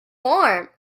warm